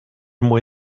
mwy